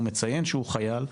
הוא מציין שהוא חייל,